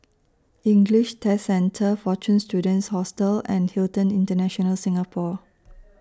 English Test Centre Fortune Students Hostel and Hilton International Singapore